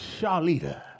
Charlita